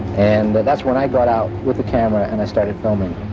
and but that's when i got out with the camera, and i started filming.